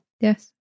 Yes